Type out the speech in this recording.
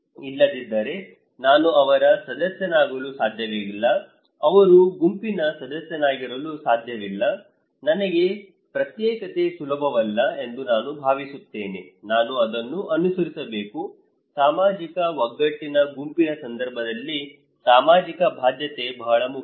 ಇಲ್ಲದಿದ್ದರೆ ನಾನು ಅವರ ಸದಸ್ಯನಾಗಲು ಸಾಧ್ಯವಿಲ್ಲ ಅವರ ಗುಂಪಿನ ಸದಸ್ಯನಾಗಿರಲು ಸಾಧ್ಯವಿಲ್ಲ ನನಗೆ ಪ್ರತ್ಯೇಕತೆ ಸುಲಭವಲ್ಲ ಎಂದು ನಾನು ಭಾವಿಸುತ್ತೇನೆ ನಾನು ಅದನ್ನು ಅನುಸರಿಸಬೇಕು ಸಾಮಾಜಿಕ ಒಗ್ಗಟ್ಟಿನ ಗುಂಪಿನ ಸಂದರ್ಭದಲ್ಲಿ ಸಾಮಾಜಿಕ ಬಾಧ್ಯತೆ ಬಹಳ ಮುಖ್ಯ